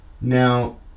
now